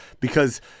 because-